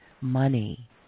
money